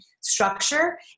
structure